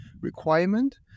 requirement